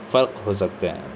فرق ہوسکتے ہیں